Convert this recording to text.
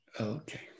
Okay